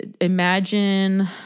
imagine